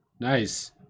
Nice